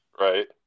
Right